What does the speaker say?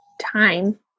time